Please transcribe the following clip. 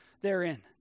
therein